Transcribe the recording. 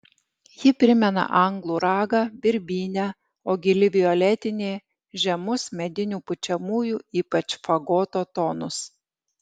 ji primena anglų ragą birbynę o gili violetinė žemus medinių pučiamųjų ypač fagoto tonus